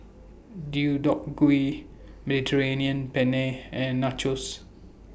Deodeok Gui Penne and Nachos